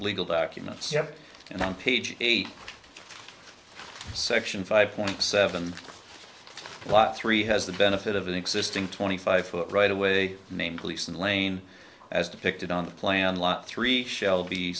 legal documents yep and on page eight section five point seven law three has the benefit of an existing twenty five foot right away named police and lane as depicted on the plan law three shelby